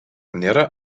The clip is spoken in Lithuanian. nėra